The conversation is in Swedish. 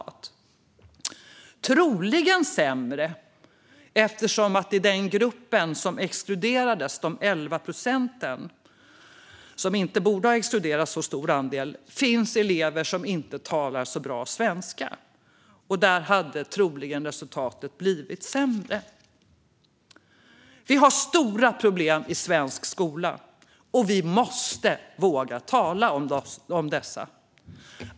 Det skulle troligen ha blivit sämre, eftersom det i gruppen som exkluderades - de 11 procenten av vilka en så stor andel inte borde ha exkluderats - finns elever som inte talar särskilt bra svenska och vars resultat troligen hade blivit sämre. Vi har stora problem i svensk skola, och vi måste våga tala om dem.